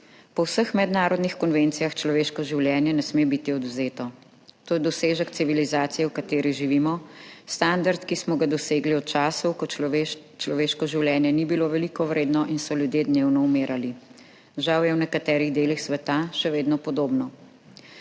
Po vseh mednarodnih konvencijah človeško življenje ne sme biti odvzeto. To je dosežek civilizacije, v kateri živimo, standard, ki smo ga dosegli v času, ko človeško življenje ni bilo veliko vredno in so ljudje dnevno umirali. Žal je v nekaterih delih sveta še vedno podobno.